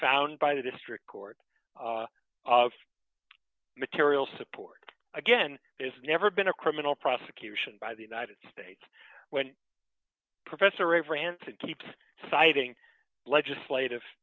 found by the district court of material support again there's never been a criminal prosecution by the united states when professor avery and to keep citing legislative